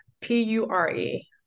P-U-R-E